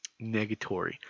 Negatory